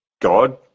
God